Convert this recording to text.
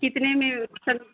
कितने में सब